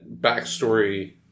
backstory